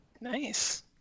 Nice